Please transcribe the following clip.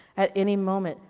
at any moment,